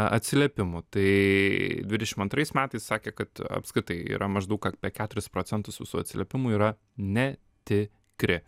atsiliepimų tai dvidešim antrais metais sakė kad apskritai yra maždaug apie keturis procentus visų atsiliepimų yra netikri